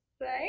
right